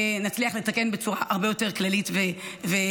נצליח לתקן בצורה הרבה יותר כללית ורחבה.